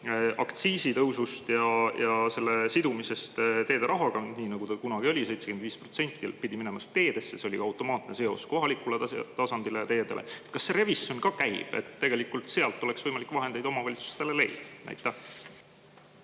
aktsiisitõusust ja selle sidumisest teederahaga, nii nagu ta kunagi oli, 75% pidi minema siis teedesse, see oli ka automaatne seos, kohalikule tasandile ja teedele. Kas revisjon ka käib? Tegelikult sealt oleks võimalik vahendeid omavalitsustele leida. Aitäh,